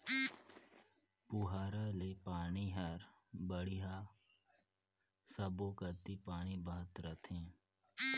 पुहारा ले पानी हर बड़िया सब्बो कति पानी बहत रथे